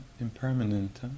impermanent